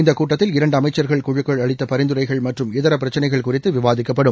இந்த கூட்டத்தில் இரண்டு அமைக்சர்கள் குழுக்கள் அளித்த பரிந்துரைகள் மற்றும் இதர பிரச்சனைகள் குறித்து விவாதிக்கப்படும்